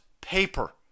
paper